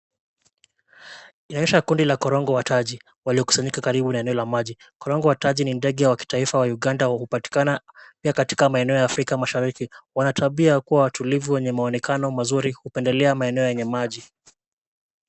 Inaonyesha kundi la korongo wa taji waliokusanyika karibu na eneo la maji. Korongo wa taji ni ndege wa kitaifa wa Uganda, hupatikana pia katika maeneo ya Afrika Mashariki. Wana tabia ya kuwa watulivu wenye maonekano mazuri, hupendelea maeneo yenye maji.